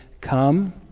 Come